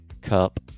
cup